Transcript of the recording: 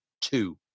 two